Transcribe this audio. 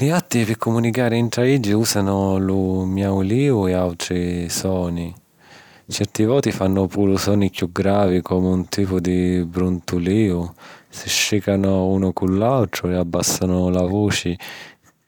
Li jatti pi cumunicari ntra d'iddi ùsanu lu miauliu e àutri soni. Certi voti fannu puru soni chiù gravi, comu un tipu di bruntulìu. Si strìcanu unu cu l'àutru e abbàssanu la vuci